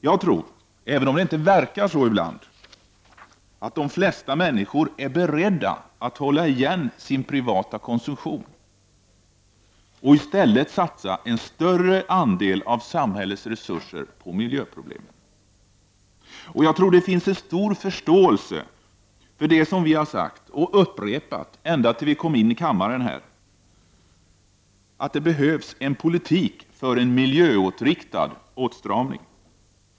Jag tror — även om det kanske inte verkar så ibland — att de flesta människor är beredda att hålla igen på sin privata konsumtion och i stället satsa en större andel av samhällets resurser på miljöproblemen. Jag tror att det finns en stor förståelse för det vi har sagt och upprepat ända sedan vi kom in i denna kammare: det behövs en politik för miljöinriktad åtstramning.